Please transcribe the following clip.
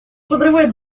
подрывает